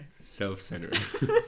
self-centered